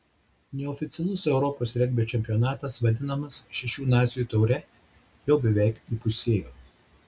neoficialus europos regbio čempionatas vadinamas šešių nacijų taure jau beveik įpusėjo